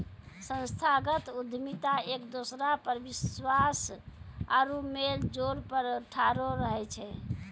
संस्थागत उद्यमिता एक दोसरा पर विश्वास आरु मेलजोल पर ठाढ़ो रहै छै